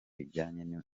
bijyanye